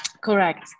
Correct